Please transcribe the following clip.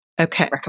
Okay